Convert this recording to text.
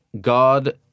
God